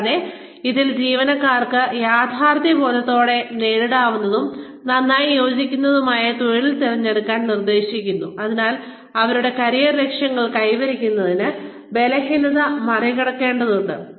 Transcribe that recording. കൂടാതെ ഇതിൽ ജീവനക്കാർക്ക് യാഥാർത്ഥ്യബോധത്തോടെ നേടാവുന്നതും നന്നായി യോജിക്കുന്നതുമായ തൊഴിൽ തിരഞ്ഞെടുക്കാൻ നിർദ്ദേശിക്കുന്നു അതിനാൽ അവരുടെ കരിയർ ലക്ഷ്യങ്ങൾ കൈവരിക്കുന്നതിന് അവർ ബലഹീനത മറികടക്കേണ്ടതുണ്ട്